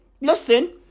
listen